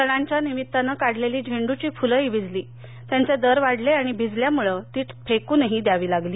सणांच्या निमित्तानं काढलेली झेंड्ची फ्लंही भिजली त्यांचे दर वाढले आणि भिजल्यामुळं ती फेकूनही द्यावी लागली